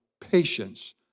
patience